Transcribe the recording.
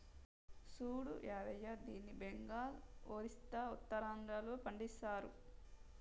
సూడు యాదయ్య దీన్ని బెంగాల్, ఒరిస్సా, ఉత్తరాంధ్రలో పండిస్తరు